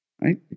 Right